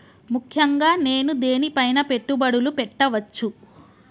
ముఖ్యంగా నేను దేని పైనా పెట్టుబడులు పెట్టవచ్చు?